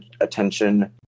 attention